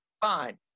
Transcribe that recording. Fine